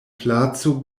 placo